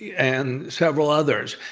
yeah and several others.